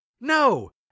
no